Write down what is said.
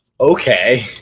Okay